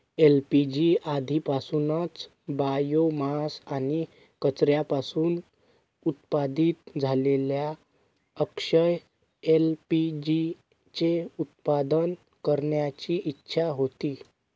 LPG आधीपासूनच biomass आणि कचऱ्यापासून उत्पादित झालेल्या अक्षय एल.पी.जी चे उत्पादन करण्याची इच्छा होती